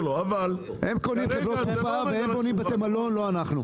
הם קונים בתי מלון, לא אנחנו.